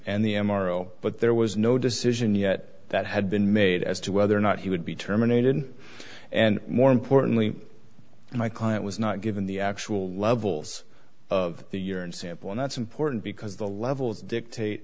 o but there was no decision yet that had been made as to whether or not he would be terminated and more importantly my client was not given the actual levels of the urine sample and that's important because the levels dictate